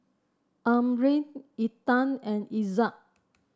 Amrin Intan and Izzat